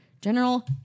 general